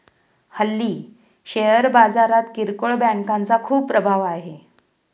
हल्ली शेअर बाजारात किरकोळ बँकांचा खूप प्रभाव आहे